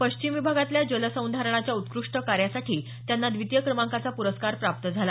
पश्चिम विभागातल्या जल संधारणाच्या उत्कृष्ट कार्यासाठी त्यांना द्वितीय क्रमांकाचा प्रस्कार प्राप्त झाला